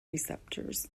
receptors